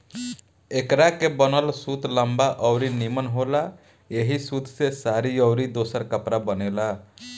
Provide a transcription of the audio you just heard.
एकरा से बनल सूत लंबा अउरी निमन होला ऐही सूत से साड़ी अउरी दोसर कपड़ा बनेला